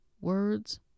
words